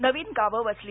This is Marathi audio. नवी गावं वसली